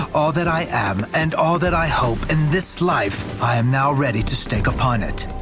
all that i am and all that i hope in this life i am now ready to stake upon it.